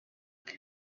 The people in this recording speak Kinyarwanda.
the